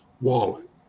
wallet